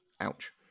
Ouch